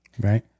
Right